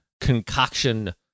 concoction